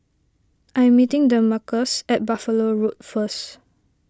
I'm meeting Demarcus at Buffalo Road first